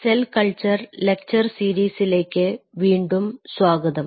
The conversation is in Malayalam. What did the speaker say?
സെൽ കൾച്ചർ ലെക്ചർ സീരീസിലേക്ക് വീണ്ടും സ്വാഗതം